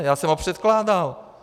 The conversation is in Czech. Já jsem ho předkládal.